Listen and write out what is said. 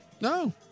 No